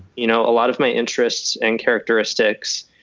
you know, a lot of my interests and characteristics,